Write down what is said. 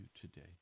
today